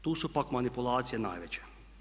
Tu su pak manipulacije najveće.